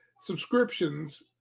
subscriptions